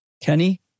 Kenny